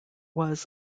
was